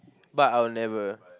but I will never